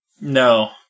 No